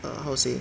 err how to say